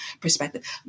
perspective